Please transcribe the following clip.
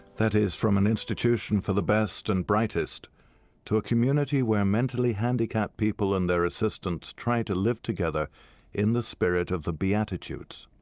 that is, from an institution for the best and brightest to a community where mentally handicapped people and their assistants try to live together in the spirit of the beatitudes.